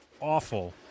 awful